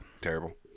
Terrible